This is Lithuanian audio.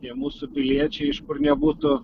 tie mūsų piliečiai iš kur nebūtų